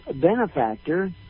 benefactor